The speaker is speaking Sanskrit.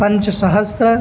पञ्चसहस्रः